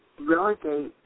relegate